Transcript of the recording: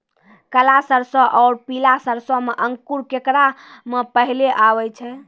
काला सरसो और पीला सरसो मे अंकुर केकरा मे पहले आबै छै?